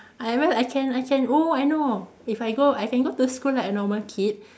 I mean I can I can oh I know if I go I can go to school like a normal kid